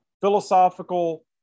philosophical